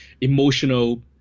emotional